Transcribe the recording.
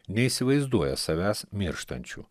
neįsivaizduoja savęs mirštančių